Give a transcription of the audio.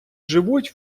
живуть